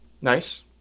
nice